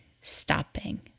stopping